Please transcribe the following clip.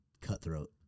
cutthroat